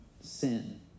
sin